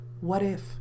what-if